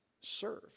serve